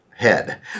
head